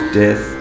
death